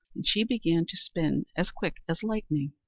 she began to spin as quick as lightning.